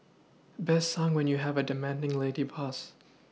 best sung when you have a demanding lady boss